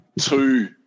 two